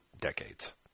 decades